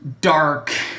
dark